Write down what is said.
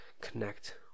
connect